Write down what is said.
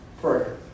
Prayer